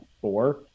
four